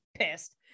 pissed